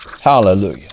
Hallelujah